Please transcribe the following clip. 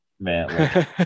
Man